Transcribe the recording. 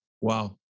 wow